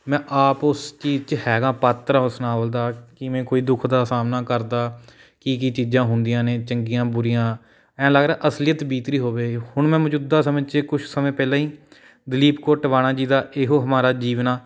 ਮੈਂ ਆਪ ਉਸ ਚੀਜ਼ 'ਚ ਹੈਗਾ ਪਾਤਰ ਉਸ ਨਾਵਲ ਦਾ ਕਿਵੇਂ ਕੋਈ ਦੁੱਖ ਦਾ ਸਾਹਮਣਾ ਕਰਦਾ ਕੀ ਕੀ ਚੀਜ਼ਾਂ ਹੁੰਦੀਆਂ ਨੇ ਚੰਗੀਆਂ ਬੁਰੀਆਂ ਐਂ ਲੱਗਦਾ ਅਸਲੀਅਤ ਬੀਤ ਰਹੀ ਹੋਵੇ ਹੁਣ ਮੈਂ ਮੌਜੂਦਾ ਸਮੇਂ ਚ ਕੁਛ ਸਮੇਂ ਪਹਿਲਾਂ ਹੀ ਦਲੀਪ ਕੌਰ ਟਿਵਾਣਾ ਜੀ ਦਾ ਏਹੋ ਹਮਾਰਾ ਜੀਵਣਾ